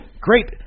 great